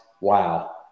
wow